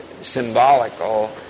symbolical